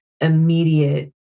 immediate